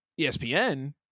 ESPN